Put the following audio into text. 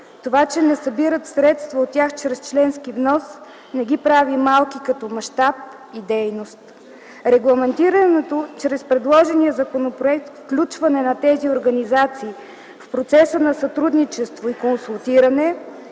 Това, че не събират средства от тях чрез членски внос не ги прави малки като мащаб и дейност. Регламентираното чрез предложения законопроект включване на тези организации в процеса на сътрудничество и консултиране,